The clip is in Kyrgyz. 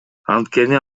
анткени